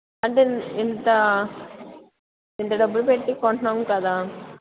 అంటే ఇంత ఇంత డబ్బులు పెట్టి కొంటున్నాం కదా